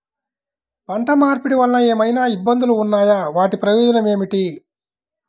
పంట మార్పిడి వలన ఏమయినా ఇబ్బందులు ఉన్నాయా వాటి ప్రయోజనం ఏంటి?